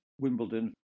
Wimbledon